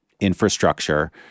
infrastructure